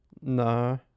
No